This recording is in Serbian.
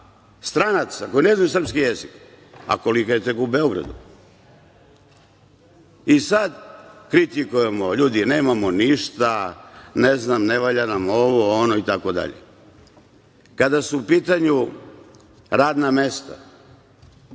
koji ne znaju srpski jezik, a koliko ih je tek u Beogradu. I sad kritikujemo, ljudi, nemamo ništa, ne znam, ne valja nam ovo ono, itd. Kada su u pitanju radna mesta,